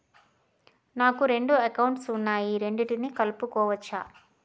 నాకు రెండు అకౌంట్ లు ఉన్నాయి రెండిటినీ కలుపుకోవచ్చా?